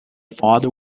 father